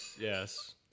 yes